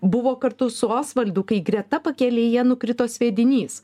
buvo kartu su osvaldu kai greta pakelėje nukrito sviedinys